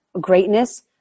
greatness